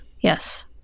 Yes